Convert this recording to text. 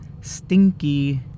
stinky